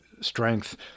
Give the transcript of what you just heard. strength